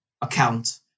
account